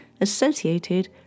associated